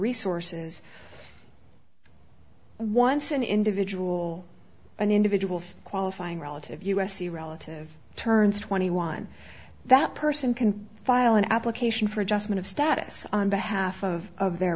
resources and once an individual an individual qualifying relative u s c relative turns twenty one that person can file an application for adjustment of status on behalf of their